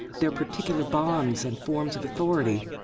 their particular bonds and forms of authority,